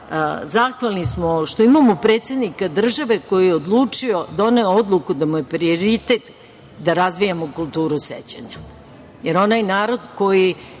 zahvalni što imamo predsednika države koji je odlučio, doneo odluku da mu je prioritet da razvijamo kulturu sećanja, jer onaj narod koji